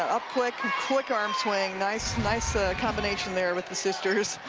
ah quick quick um upswing nice nice combination there with the sisters.